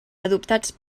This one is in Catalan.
adoptats